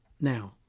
Now